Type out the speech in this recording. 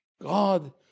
God